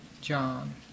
John